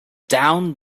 down